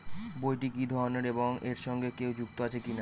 বইটি কি ধরনের এবং এর সঙ্গে কেউ যুক্ত আছে কিনা?